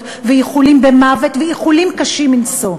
ואיחולים במוות ואיחולים קשים מנשוא.